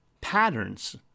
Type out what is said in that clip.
patterns